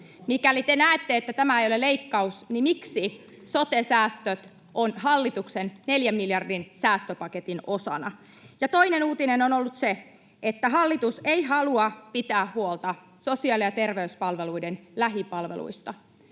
Mikäli te näette, että tämä ei ole leikkaus, niin miksi sote-säästöt ovat hallituksen 4 miljardin säästöpaketin osana? Ja toinen uutinen on ollut se, että hallitus ei halua pitää huolta sosiaali- ja terveyspalveluiden lähipalveluista.